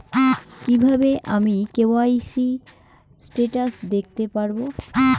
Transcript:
কিভাবে আমি KYC status দেখতে পারবো?